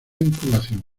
incubación